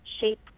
shape